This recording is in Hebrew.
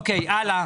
אוקיי, הלאה.